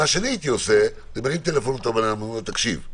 שהייתי עושה זה מרים טלפון לאותו בן אדם ואומר לו: תקשיב,